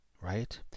Right